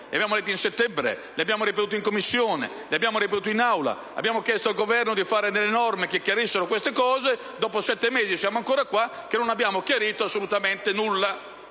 le abbiamo dette a settembre, le abbiamo ripetute in Commissione, le abbiamo ripetute in Aula, abbiamo chiesto al Governo di emanare delle norme che chiarissero questi aspetti. Dopo sette mesi siamo ancora qua senza aver chiarito assolutamente nulla